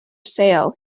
sale